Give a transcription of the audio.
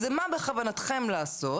זה מה בכוונתכם לעשות,